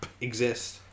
Exist